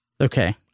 Okay